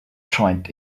joint